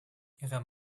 ihre